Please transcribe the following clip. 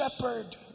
shepherd